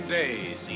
days